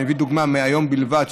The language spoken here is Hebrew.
נביא דוגמה מהיום בלבד,